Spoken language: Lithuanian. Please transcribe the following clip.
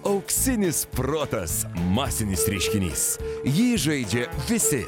auksinis protas masinis reiškinys jį žaidžia visi